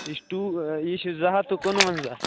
یہِ چھِ ٹوٗ یہِ چھِ زٕ ہَتھ تہٕ کُنوَنٛزاہ